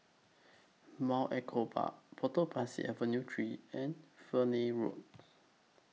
Mount Echo Park Potong Pasir Avenue three and Fernvale Road